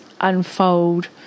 unfold